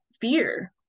fear